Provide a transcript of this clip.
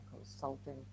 consulting